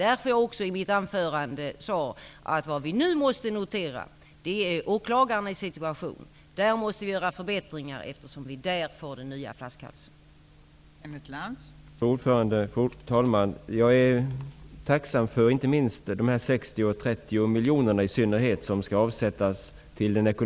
Därför, som jag sade i mitt anförande, måste vi nu notera åklagarnas situation. Det måste göras förbättringar inom den sektorn, eftersom det är där som flaskhalsen kommer att finnas.